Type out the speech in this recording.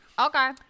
Okay